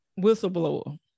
whistleblower